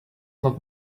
not